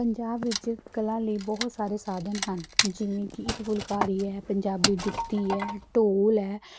ਪੰਜਾਬ ਵਿੱਚ ਕਲਾ ਲਈ ਬਹੁਤ ਸਾਰੇ ਸਾਧਨ ਹਨ ਜਿਵੇਂ ਕਿ ਇੱਕ ਫੁੱਲਕਾਰੀ ਹੈ ਪੰਜਾਬੀ ਜੁੱਤੀ ਹੈ ਢੋਲ ਹੈ